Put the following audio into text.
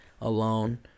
alone